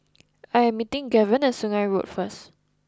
I am meeting Gaven at Sungei Road first